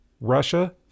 Russia